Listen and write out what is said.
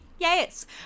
Yes